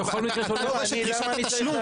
אתה דורש את דרישת התשלום,